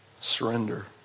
Surrender